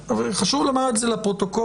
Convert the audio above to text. חשוב לומר את זה לפרוטוקול,